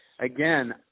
again